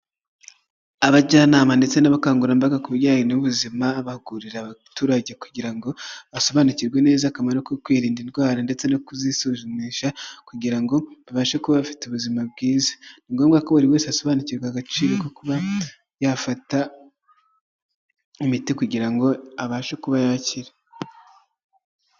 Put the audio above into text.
Abajyanama ndetse n'abakangurambaga ku bijyanye n'ubuzima bahugurira abaturage kugira ngo basobanukirwe neza akamaro ko kwirinda indwara ndetse no kuzisuzumisha kugira ngo abashe kuba bafite ubuzima bwiza, ni ngombwa ko buri wese asobanukirwa agaciro ko kuba yafata imiti kugira ngo abashe kuba yakira.